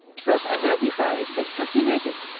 first, identified, then, cultivated.